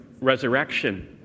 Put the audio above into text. resurrection